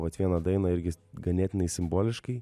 vat vieną dainą irgi ganėtinai simboliškai